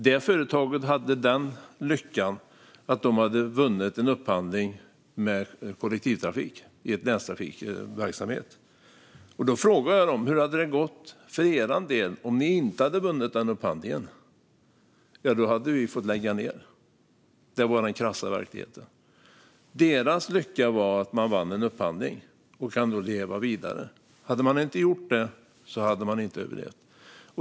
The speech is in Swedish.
Detta företag hade lyckan att ha vunnit en upphandling för kollektivtrafik inom länstrafikverksamheten. Jag frågade dem hur det hade gått för dem om de inte hade vunnit upphandlingen. De sa att de då hade fått lägga ned. Det var den krassa verkligheten. Deras lycka var att de vunnit en upphandling och kunde därmed leva vidare. Om de inte hade gjort det skulle de inte ha överlevt.